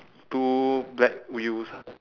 two black wheels ah